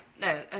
No